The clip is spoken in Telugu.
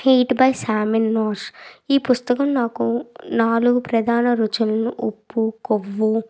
హీట్ బై సమీన్ నోస్రాట్ ఈ పుస్తకం నాకు నాలుగు ప్రధాన రుచులను ఉప్పు కొవ్వు